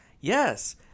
Yes